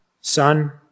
Son